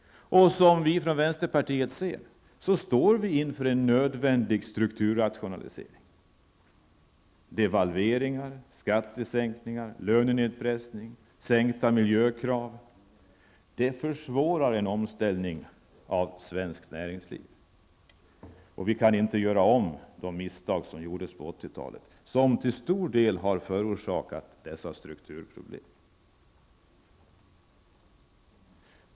Från vänsterpartiet anser vi att vi står inför en nödvändig strukturrationalisering. Devalveringar, skattesänkningar, lönenedpressning och sänkta miljökrav försvårar en omställning av svenskt näringsliv. Vi kan inte göra om de misstag som gjordes på 80-talet, som till stor del har förorsakat dessa strukturproblem.